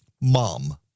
mom